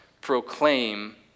proclaim